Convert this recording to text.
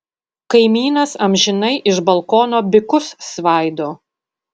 kaimynas amžinai iš balkono bikus svaido